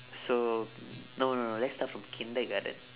so no no no let's start from kindergarten